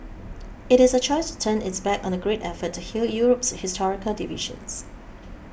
it is a choice to turn its back on the great effort to heal Europe's historical divisions